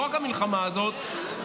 לא רק במלחמה הזאת,